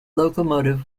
locomotive